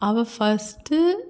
அவள் ஃபர்ஸ்ட்டு